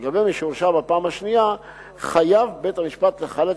ולגבי מי שהורשע בפעם השנייה חייב בית-המשפט לחלט